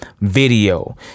video